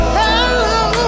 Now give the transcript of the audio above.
hello